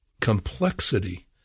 complexity